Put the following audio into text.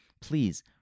please